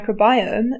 microbiome